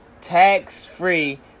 tax-free